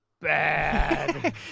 bad